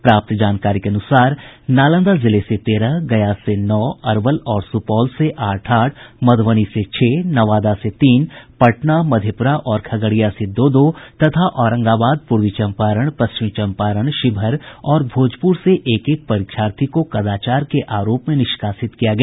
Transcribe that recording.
प्राप्त जानकारी के अनुसार नालंदा जिले से तेरह गया से नौ अरवल और सुपौल से आठ आठ मधुबनी से छह नवादा से तीन पटना मधेपुरा और खगड़िया से दो दो तथा औरंगाबाद पूर्वी चम्पारण पश्चिमी चम्पारण शिवहर और भोजपुर से एक एक परीक्षार्थी को कदाचार के आरोप में निष्कासित किया गया